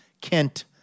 Kent